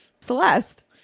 Celeste